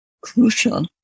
crucial